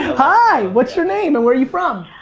hi what's your name and we are you from?